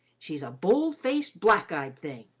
she's a bold-faced, black-eyed thing,